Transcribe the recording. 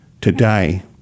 today